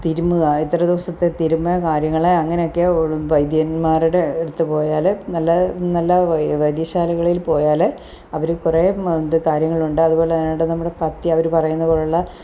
തിരുമ്മുക ഇത്ര ദിവസത്തെ തിരുമ്മൽ കാര്യങ്ങൾ അങ്ങനെ ഒക്കെ വൈദ്യൻമാരുടെ അടുത്ത് പോയാൽ നല്ല നല്ല വൈ വൈദ്യശാലകളിൽ പോയാൽ അവർ കുറേ ഇത് കാര്യങ്ങളുണ്ട് അത് പോലെ പറയാനായിട്ട് നമ്മുടെ പഥ്യം അവർ പറയുന്നത് പോലുള്ള